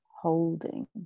holding